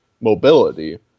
mobility